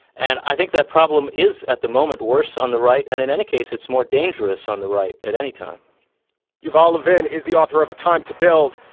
and i think that problem is at the moment worse on the right. and in any case, it's more dangerous on the right at any time you've olivine is the author of a time to build.